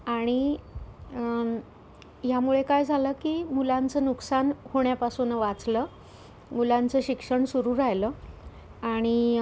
आणि ह्यामुळे काय झालं की मुलांचं नुकसान होण्यापासून वाचलं मुलांचं शिक्षण सुरू राहिलं आणि